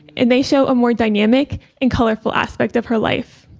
and they show a more dynamic and colorful aspect of her life.